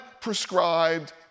prescribed